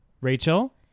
Rachel